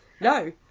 No